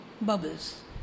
bubbles